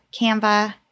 Canva